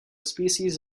species